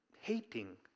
hating